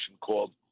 called